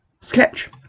sketch